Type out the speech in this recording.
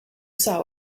saw